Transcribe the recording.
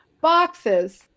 boxes